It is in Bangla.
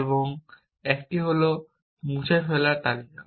এবং একটি হল মুছে ফেলার তালিকা